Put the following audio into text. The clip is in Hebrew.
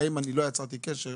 גם אם לא יצרתי קשר,